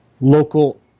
local